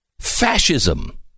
fascism